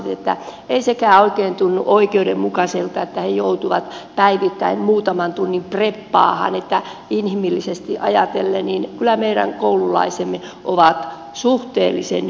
ei sekään oikein tunnu oikeudenmukaiselta kun he joutuvat päivittäin muutaman tunnin preppaamaan niin että inhimillisesti ajatellen kyllä meidän koululaisemme ovat suhteellisen hyviä